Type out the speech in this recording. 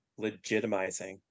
legitimizing